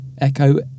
echo